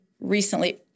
recently